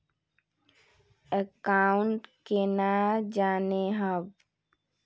Account केना जाननेहव?